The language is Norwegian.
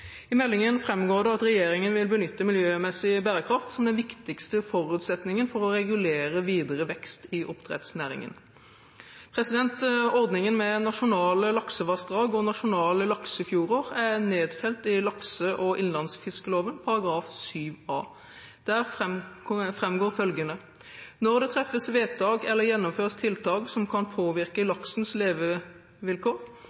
I meldingen framgår det at regjeringen vil benytte miljømessig bærekraft som den viktigste forutsetningen for å regulere videre vekst i oppdrettsnæringen. Ordningen med nasjonale laksevassdrag og nasjonale laksefjorder er nedfelt i lakse- og innlandsfiskloven, § 7 a. Der framgår følgende: «Når det treffes vedtak eller gjennomføres tiltak som kan påvirke laksens levevilkår,